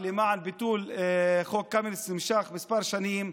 למען ביטול חוק קמיניץ נמשך כמה שנים,